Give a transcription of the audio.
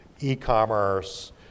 e-commerce